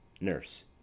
Nurse